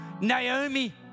Naomi